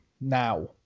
now